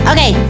Okay